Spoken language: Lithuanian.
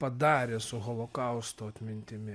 padarė su holokausto atmintimi